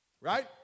Right